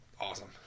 awesome